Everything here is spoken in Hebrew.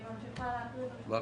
אני ממשיכה להקריא.